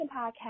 podcast